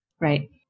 Right